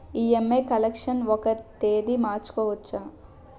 EMI collection ఒక తేదీ మార్చుకోవచ్చా?